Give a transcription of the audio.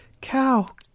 Cow